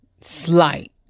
slight